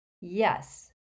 yes